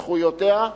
זכויותיה,